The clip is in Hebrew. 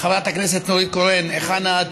חברת הכנסת נורית קורן, היכן את?